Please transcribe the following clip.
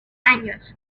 años